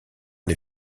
les